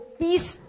peace